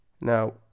Now